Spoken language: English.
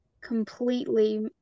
completely